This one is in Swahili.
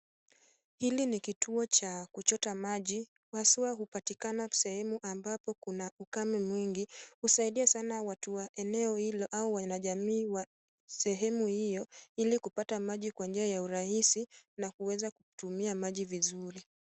Hili ni kituo cha kuchota maji, haswa hupatikana sehemu ambapo kuna ukame mwingi. Husaidia sana watu wa eneo hilo au wanajamii wa sehemu hiyo ili kupata maji kwa njia ya urahisi na kuweza kutumia maji vizuri.